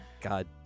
God